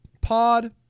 Pod